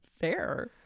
Fair